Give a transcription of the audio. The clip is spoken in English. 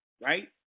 right